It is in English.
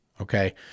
okay